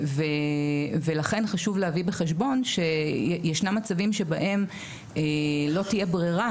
ולכן חשוב להביא בחשבון שישנם מצבים שבהם לא תהיה ברירה